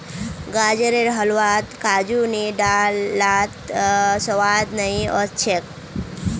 गाजरेर हलवात काजू नी डाल लात स्वाद नइ ओस छेक